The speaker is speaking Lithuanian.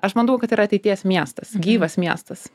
aš matau kad yra ateities miestas gyvas miestas